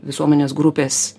visuomenės grupės